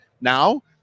now